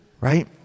right